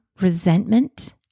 resentment